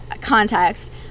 context